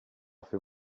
fait